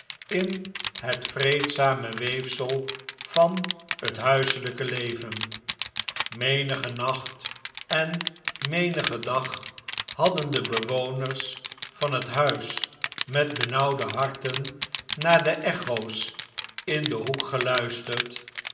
in het vreedzame weefsel van het huiseljjke leven menigen nacht en menigen dag hadden de bewoners van het huis met benauwde harten naar de echo's in den hoek geluisterd